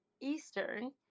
Eastern